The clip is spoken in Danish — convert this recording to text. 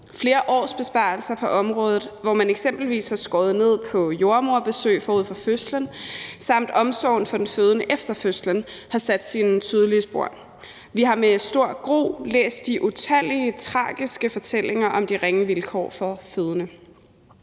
Flere års besparelser på området, hvor man eksempelvis har skåret ned på jordemoderbesøg forud for fødslen samt på omsorgen for den fødende efter fødslen, har sat sine tydelige spor. Vi har med stor gru læst de utallige tragiske fortællinger om de ringe vilkår for fødende.